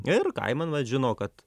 ir kaiman vat žino kad